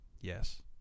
yes